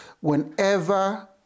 whenever